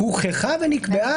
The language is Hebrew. הוכחה ונקבעה,